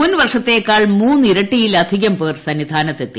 മുൻവർഷത്തേക്കാൾ മൂന്നിരട്ടിയിലധികം പേർ സന്നിധാനത്തെത്തി